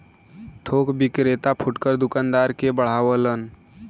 थोक विक्रेता फुटकर दूकानदार के बढ़ावलन